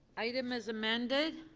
item as amended.